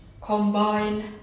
combine